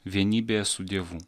vienybėje su dievu